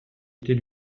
était